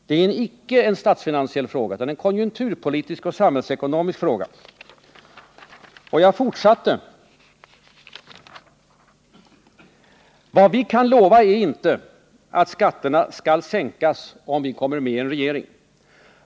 Det är icke en finansiell fråga.” Jag fortsatte: ” Vad vi kan lova är inte att skatterna skall sänkas om vi kommer med i en regering.